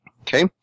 Okay